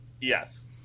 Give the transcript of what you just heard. Yes